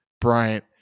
Bryant